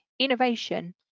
Innovation